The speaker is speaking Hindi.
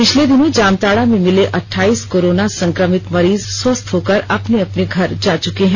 पिछले दिनों जामताड़ा में मिले अठाईस कोरोना संक्रमित मरीज स्वस्थ होकर अपने अपने घर जा चुके हैं